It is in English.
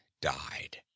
died